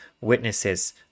witnesses